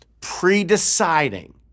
pre-deciding